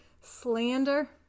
slander